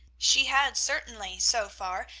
she had certainly, so far,